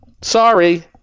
Sorry